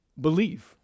believe